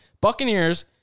Buccaneers